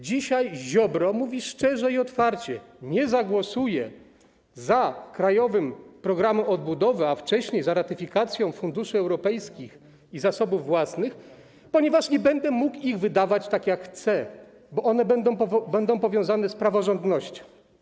Dzisiaj Ziobro mówi szczerze i otwarcie, że nie zagłosuje za krajowym programem odbudowy, a wcześniej za ratyfikacją funduszy europejskich i zasobów własnych, ponieważ nie będzie mógł wydawać tych środków tak, jak chce, bo one będą powiązane z praworządnością.